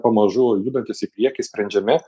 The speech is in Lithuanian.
pamažu judantis į priekį sprendžiami